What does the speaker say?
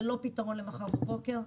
זה לא פתרון למחר בבוקר.